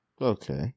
Okay